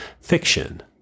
fiction